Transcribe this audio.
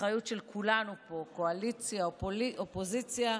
האחריות של כולנו פה, קואליציה, אופוזיציה,